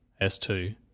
S2